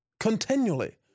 continually